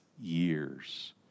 years